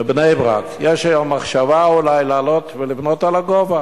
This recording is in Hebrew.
בבני-ברק יש היום מחשבה אולי לעלות ולבנות לגובה,